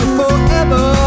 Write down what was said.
forever